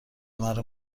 مرا